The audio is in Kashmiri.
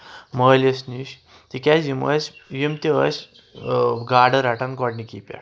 مٲلِس نِش تِکیازِ یِم ٲسۍ یِم تہِ ٲسۍ گاڈٕ رَٹان گۄڈنِکی پؠٹھ